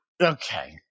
Okay